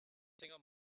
singer